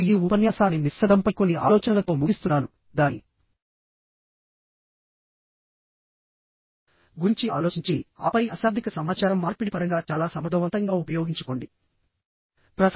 నేను ఈ ఉపన్యాసాన్ని నిశ్శబ్దంపై కొన్ని ఆలోచనలతో ముగిస్తున్నాను దాని గురించి ఆలోచించి ఆపై అశాబ్దిక సమాచార మార్పిడి పరంగా చాలా సమర్థవంతంగా ఉపయోగించుకోండి